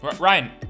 Ryan